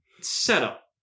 setup